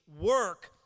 work